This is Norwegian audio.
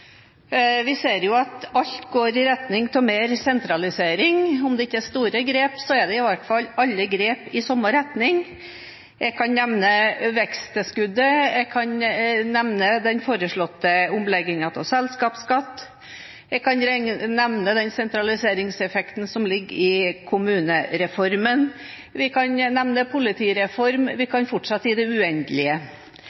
Vi ser at alt går i retning av mer sentralisering. Om det ikke er store grep, er det i hvert fall alt sammen grep i samme retning. Jeg kan nevne veksttilskuddet, jeg kan nevne den foreslåtte omleggingen av selskapsskatt, jeg kan nevne den sentraliseringseffekten som ligger i kommunereformen, vi kan nevne politireform, vi kan fortsette i det uendelige.